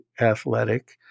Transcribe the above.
athletic